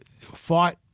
fought